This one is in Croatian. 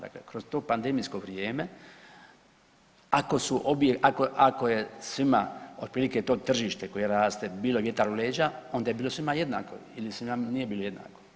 Dakle, kroz to pandemijsko vrijeme ako je svima otprilike to tržište koje raste bilo vjetar u leđa onda je bilo svima jednako ili svima nije bilo jednako.